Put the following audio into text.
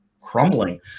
crumbling